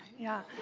yeah.